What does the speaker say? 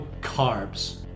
carbs